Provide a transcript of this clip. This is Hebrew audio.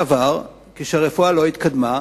בעבר, כשהרפואה לא התקדמה,